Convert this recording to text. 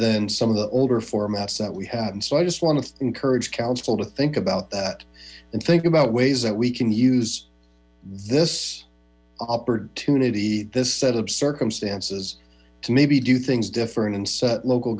than some of the older formats that we had and so i just want to encourage council to think about that and think about ways that we can use this opportunity this set of circumstances to maybe do things different and set local